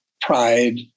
pride